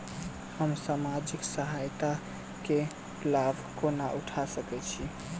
हम सामाजिक सहायता केँ लाभ कोना उठा सकै छी?